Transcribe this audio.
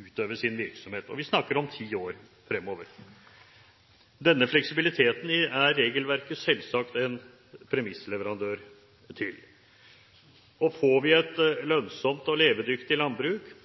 utøve sin virksomhet, og vi snakker om ti år fremover. Denne fleksibiliteten er regelverket selvsagt en premissleverandør til. Får vi et lønnsomt og levedyktig landbruk, får vi